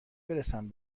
برسم